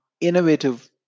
innovative